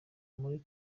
muri